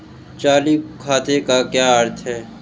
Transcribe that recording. चालू खाते का क्या अर्थ है?